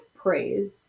praise